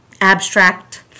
abstract